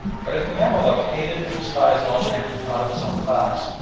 but if the mamaluk hated and despised all men not of his own class,